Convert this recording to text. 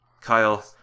Kyle